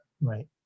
Right